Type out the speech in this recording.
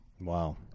Wow